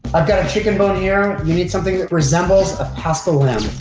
i've got a chicken bone here, you need something that resembles a paschal lamb.